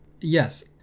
Yes